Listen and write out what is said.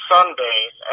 Sundays